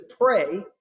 pray